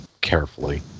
carefully